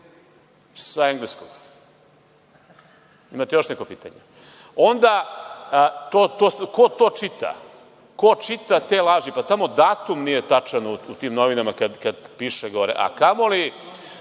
engleskog, jel imate još neko pitanje? Onda, ko to čita? Ko čita te laži? Tamo datum nije tačan u tim novinama kada piše gore, a kamoli